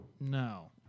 No